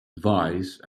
advice